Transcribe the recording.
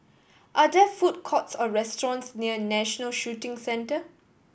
are there food courts or restaurants near National Shooting Centre